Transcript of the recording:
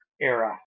era